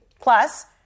Plus